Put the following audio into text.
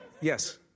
Yes